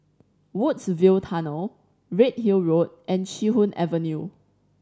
Woodsville Tunnel Redhill Road and Chee Hoon Avenue